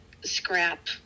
scrap